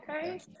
okay